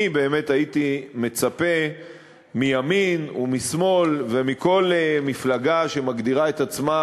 אני באמת הייתי מצפה מימין ומשמאל ומכל מפלגה שמגדירה את עצמה